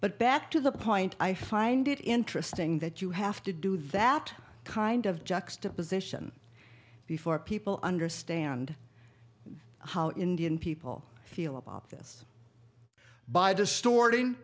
but back to the point i find it interesting that you have to do that kind of juxtaposition before people understand how indian people feel about this by distorting